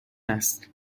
است